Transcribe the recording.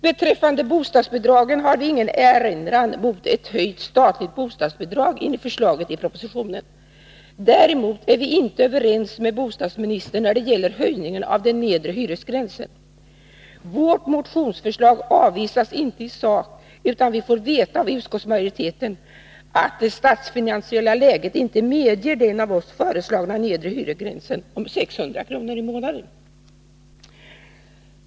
Beträffande bostadsbidragen har vi ingen erinran mot ett höjt statligt bostadsbidrag enligt förslaget i propositionen. Däremot är vi inte överens med bostadsministern när det gäller höjningen av den nedre hyresgränsen. Vårt motionsförslag avvisas inte i sak, utan vi får veta av utskottsmajoriteten att det statsfinansiella läget inte medger den av oss föreslagna nedre hyresgränsen om 600 kr./månad.